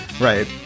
Right